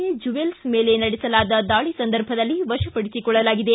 A Jewels ಮೇಲೆ ನಡೆಸಲಾದ ದಾಳಿ ಸಂದರ್ಭದಲ್ಲಿ ವಶಪಡಿಸಿಕೊಳ್ಳಲಾಗಿದೆ